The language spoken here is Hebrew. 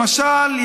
למשל,